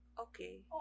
okay